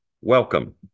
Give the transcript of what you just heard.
Welcome